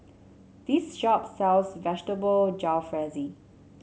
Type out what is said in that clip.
this shop sells Vegetable Jalfrezi